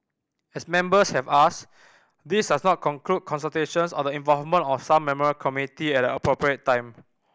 as members have asked this does not conclude consultations or the involvement of some memorial committee at an appropriate time